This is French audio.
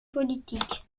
politique